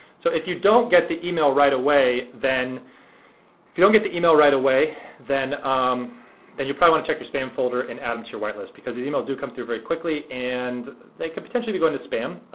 so if you don't get the email right away then if you don't get the email right away then um then you probably wanna check your spam folder and add them to your white list because these emails do come through very quickly and they could potentially be going to spam,